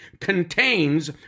contains